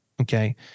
Okay